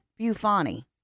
Bufani